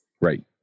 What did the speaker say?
Right